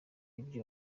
ibyo